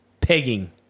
Pegging